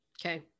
Okay